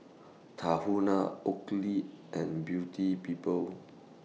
Tahuna Oakley and Beauty People